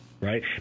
right